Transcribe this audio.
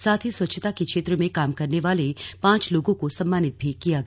साथ ही स्वच्छता के क्षेत्र में काम करने वाले पांच लोगों को भी सम्मानित किया गया